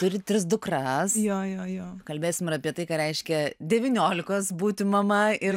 turi tris dukras kalbėsim ir apie tai reiškia devyniolikos būti mama ir